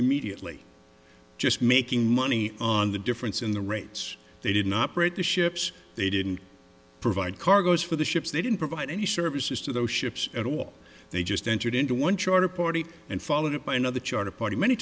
immediately just making money on the difference in the rates they didn't operate the ships they didn't provide cargoes for the ships they didn't provide any services to those ships at all they just entered into one charter party and followed it by another charter party many